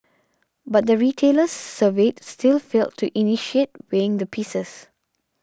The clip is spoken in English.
but the retailers surveyed still failed to initiate weighing the pieces